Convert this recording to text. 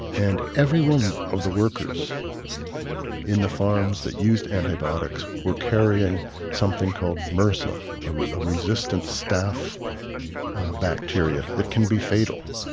and every one of the workers in the farms that used antibiotics were carrying something called mrsa, a resistant staph bacteria that can be fatal.